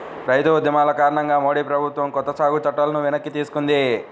రైతు ఉద్యమాల కారణంగా మోడీ ప్రభుత్వం కొత్త సాగు చట్టాలను వెనక్కి తీసుకుంది